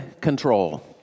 control